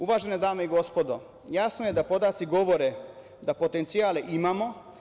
Uvažene dame i gospodo, jasno je da podaci govore da potencijale imamo.